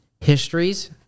histories